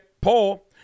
poll